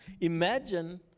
Imagine